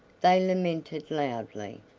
they lamented loudly.